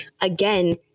again